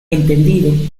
entendido